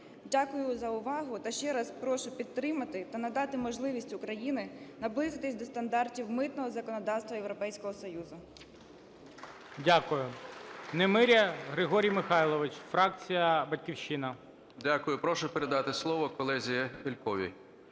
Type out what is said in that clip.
Дякую за увагу та ще раз прошу підтримати та надати можливість Україні наблизитись до стандартів митного законодавства Європейського Союзу.